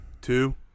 Two